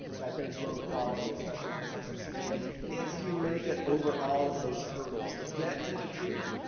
that there's low quality of specialty substance use treatment. if you make it over all of those hurdles to get into treatment,